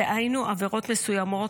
דהיינו עבירות מסוימות